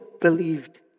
believed